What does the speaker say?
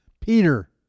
Peter